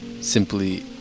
simply